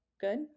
good